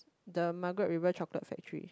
the Margaret River chocolate factory